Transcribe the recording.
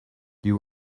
you